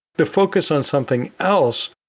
to focus on something else,